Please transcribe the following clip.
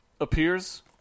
appears